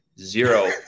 Zero